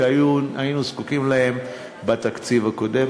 שהיינו זקוקים להם בתקציב הקודם.